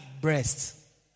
breasts